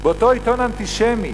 באותו עיתון אנטישמי,